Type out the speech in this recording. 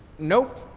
nope,